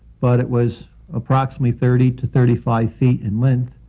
but it was approximately thirty to thirty five feet in length.